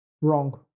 Wrong